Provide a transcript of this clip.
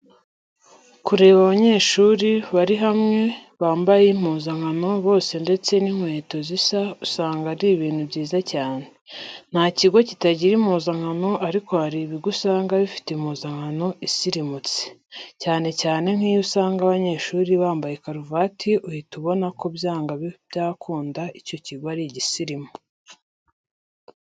Kureba abanyeshuri bari hamwe, bambaye impuzankano bose ndetse n'inkweto zisa usanga ari ibintu byiza cyane. Nta kigo kitagira impuzankano ariko hari ibigo usanga bifite impuzankano isirimutse, cyane cyane nk'iyo usanga abanyeshuri bambaye karavati uhita ubona ko byanga bakunda icyo kigo ari igisirimu.